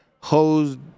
hosed